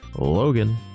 Logan